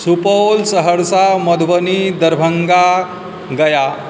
Supaul Saharsa Madhubani Darbhanga Gaya